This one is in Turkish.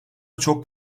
çok